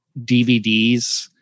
DVDs